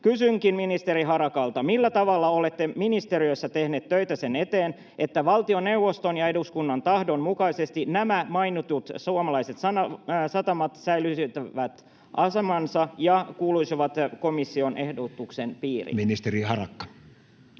Kysynkin ministeri Harakalta: millä tavalla olette ministeriössä tehneet töitä sen eteen, että valtioneuvoston ja eduskunnan tahdon mukaisesti nämä mainitut suomalaiset satamat säilyttäisivät asemansa ja kuuluisivat komission ehdotuksen piiriin? Ministeri Harakka.